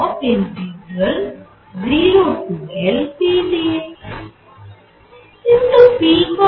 কিন্তু p কত